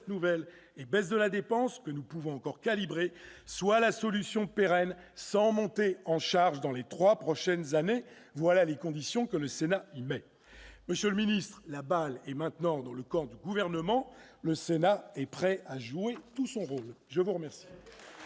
nouvelles et baisses des dépenses, que nous pouvons encore calibrer, soit la solution pérenne sans monter en charge dans les trois prochaines années. Voilà les conditions que le Sénat y met ! Monsieur le secrétaire d'État, la balle est maintenant dans le camp du Gouvernement. Le Sénat est prêt à jouer tout son rôle. Très bien